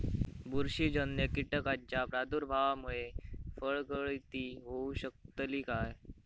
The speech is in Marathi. बुरशीजन्य कीटकाच्या प्रादुर्भावामूळे फळगळती होऊ शकतली काय?